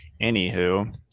anywho